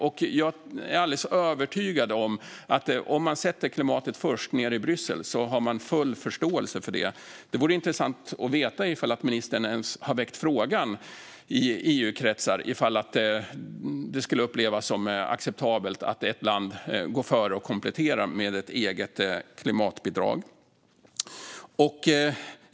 Om man sätter klimatet först nere i Bryssel är jag alldeles övertygad om att man har full förståelse. Det vore intressant att veta om ministern ens har väckt frågan i EU-kretsar om det skulle upplevas som acceptabelt att ett land gick före och kompletterade med ett eget klimatbidrag.